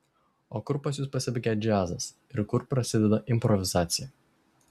o kur pas jus pasibaigia džiazas ir kur prasideda improvizacija